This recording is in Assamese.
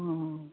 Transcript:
অঁ